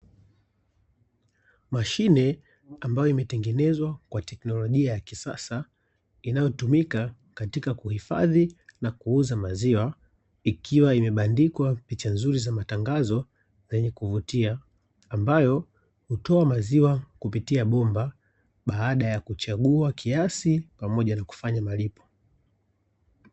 Mashine ambayo ime tengenezwa kwa teknolojia ya kisasa, inayo tumika katika kuhifadhi na kuuza maziwa. Ikiwa imebandikwa picha nzuri za matangazo zenye kuvutia, ambayo hutoa maziwa kupitia bomba baada ya kuchagua kiasi pamoja na kufanya malipo.